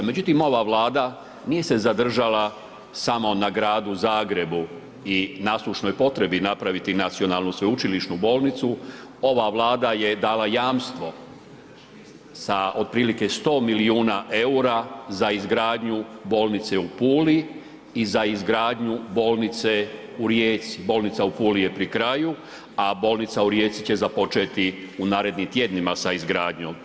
Međutim, ova Vlada nije se zadržala samo na Gradu Zagrebu i naslušnoj potrebni napraviti nacionalnu sveučilišnu bolnicu, ova Vlada je dala jamstvo sa otprilike 100 milijuna EUR-a za izgradnju bolnice u Puli i za izgradnju bolnice u Rijeci, bolnica u Puli je pri kraju, a bolnica u Rijeci će započeti u narednim tjednima sa izgradnjom.